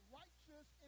righteous